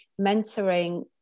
mentoring